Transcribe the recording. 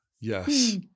Yes